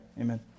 Amen